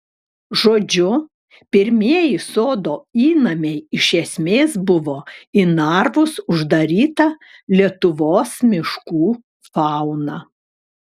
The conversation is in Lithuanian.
žodžiu pirmieji sodo įnamiai iš esmės buvo į narvus uždaryta lietuvos miškų fauna